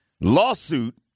lawsuit